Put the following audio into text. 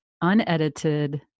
unedited